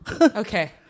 Okay